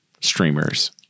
streamers